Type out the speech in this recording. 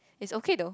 it's okay though